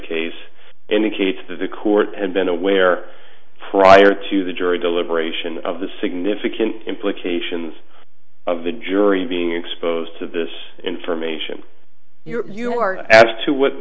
case indicates that the court had been aware prior to the jury deliberation of the significant implications of the jury being exposed to this information you are as to what